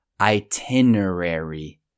itinerary